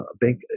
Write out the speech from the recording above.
bank